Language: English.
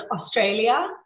Australia